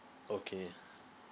okay